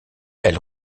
elle